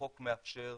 החוק מאפשר